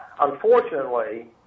unfortunately